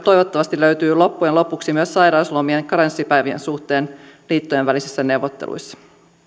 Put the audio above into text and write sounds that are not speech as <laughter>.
<unintelligible> toivottavasti löytyy loppujen lopuksi myös sairauslomien karenssipäivien suhteen liittojen välisissä neuvotteluissa